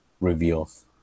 reveals